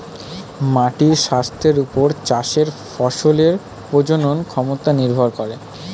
মাটির স্বাস্থ্যের ওপর চাষের ফসলের প্রজনন ক্ষমতা নির্ভর করে